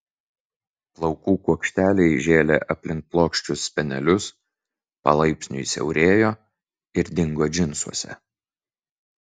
plaukų kuokšteliai žėlė aplink plokščius spenelius palaipsniui siaurėjo ir dingo džinsuose